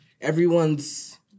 everyone's